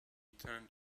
turned